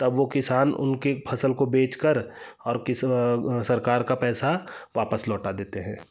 तब वो किसान उनके फसल को बेचकर और कि सरकार का पैसा वापस लौटा देते हैं